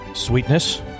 Sweetness